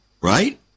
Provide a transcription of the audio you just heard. Right